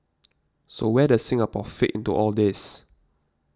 so where does Singapore fit into all this